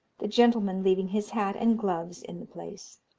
the gentleman leaving his hat and gloves in the place.